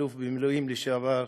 האלוף במילואים לשעבר,